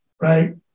right